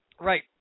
Right